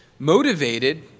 Motivated